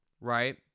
right